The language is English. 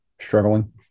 struggling